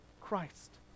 Christ